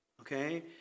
okay